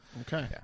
Okay